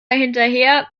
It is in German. hinterher